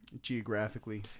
geographically